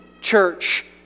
church